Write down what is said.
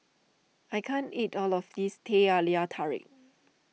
I can't eat all of this Teh Halia Tarik